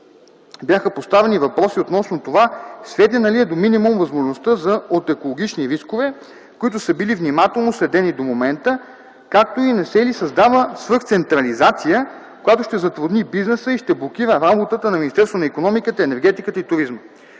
бяха поставени въпроси относно това сведена ли е до минимум възможността от екологични рискове, които са били внимателно следени до момента, както и не се ли създава свръхцентрализация, която ще затрудни бизнеса и ще блокира работата на Министерството на икономиката, енергетиката и туризма.